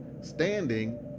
standing